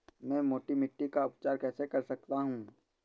मैं मोटी मिट्टी का उपचार कैसे कर सकता हूँ?